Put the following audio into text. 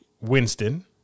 Winston